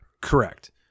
Correct